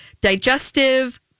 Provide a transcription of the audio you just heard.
digestive